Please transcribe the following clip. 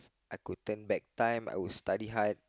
I could turn back time I would study hard